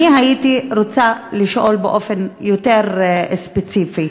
הייתי רוצה לשאול באופן יותר ספציפי: